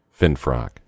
Finfrock